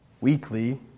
weekly